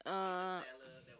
uh